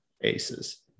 ACEs